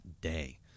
day